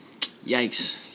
yikes